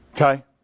Okay